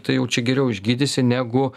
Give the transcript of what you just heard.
tai jau čia geriau išgydysi negu